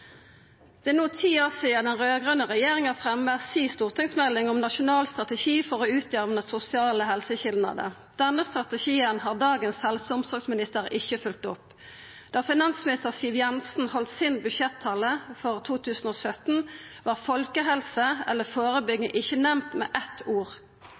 Det er no ti år sidan den raud-grøne regjeringa la fram stortingsmeldinga om nasjonal strategi for å utjamna sosiale helseskilnader. Denne strategien har dagens helse- og omsorgsminister ikkje følgt opp. Da finansminister Siv Jensen heldt budsjettalen sin for 2017, var folkehelse eller førebygging ikkje nemnt med eitt ord.